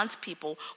people